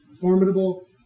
formidable